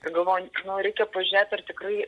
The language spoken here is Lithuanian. tai galvoju nu reikia pažiūrėt ar tikrai